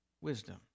wisdom